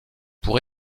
pour